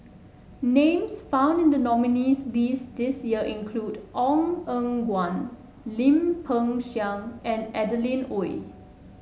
names found in the nominees' list this year include Ong Eng Guan Lim Peng Siang and Adeline Ooi